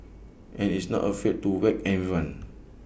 and is not afraid to whack everyone